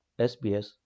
SBS